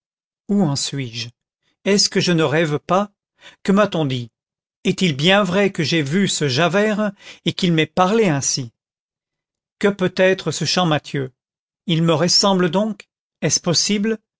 où en suis-je est-ce que je ne rêve pas que m'a-t-on dit est-il bien vrai que j'aie vu ce javert et qu'il m'ait parlé ainsi que peut être ce champmathieu il me ressemble donc est-ce possible